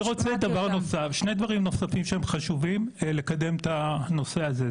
אני רוצה להגיד שני דברים נוספים שהם חשובים לקדם את הנושא הזה.